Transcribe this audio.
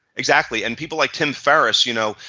exactly. and people like tim ferriss, you know,